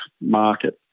market